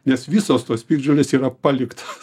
nes visos tos piktžolės yra palikta